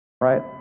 Right